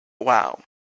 wow